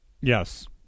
Yes